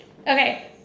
Okay